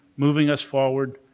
moving us forward,